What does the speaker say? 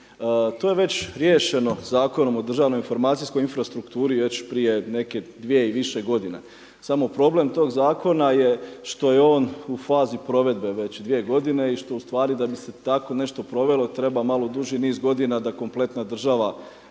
To je već riješeno Zakonom o državnoj informacijskoj infrastrukturi već prije neke 2 i više godina. Samo problem tog zakona je što je on u fazi provedbe već 2 godine i što u stvari da bi se tako nešto provelo treba malo duži niz godina da kompletna država